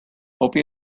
hope